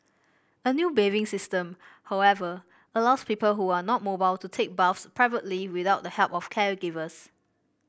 a new bathing system however allows people who are not mobile to take baths privately without the help of caregivers